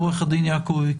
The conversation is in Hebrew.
עו"ד יעקבי.